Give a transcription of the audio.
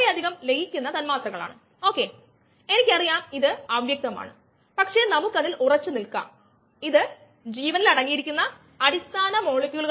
ഉപഭോഗം എന്നത് k 2 concentration of enzyme substrate complex volume ആണ്